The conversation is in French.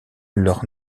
leur